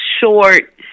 short